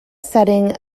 setting